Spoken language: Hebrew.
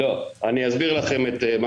לא, אני אסביר לכם את מה